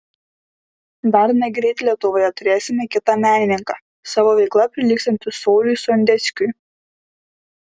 dar negreit lietuvoje turėsime kitą menininką savo veikla prilygstantį sauliui sondeckiui